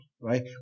right